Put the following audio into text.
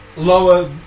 Lower